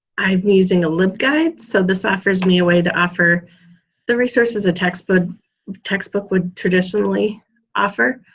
i'm using a libguide so this offers me a way to offer the resources a textbook textbook would traditionally offer.